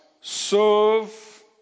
serve